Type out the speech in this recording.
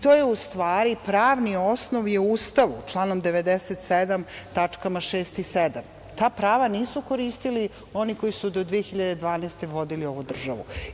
To je u stvari pravni osnov je u Ustavu, članom 97. tačkama 6. i 7. Ta prava nisu koristili oni koji su do 2012. godine vodili ovu državu.